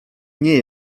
nie